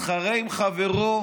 מתחרה עם חברו